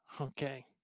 Okay